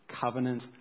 covenant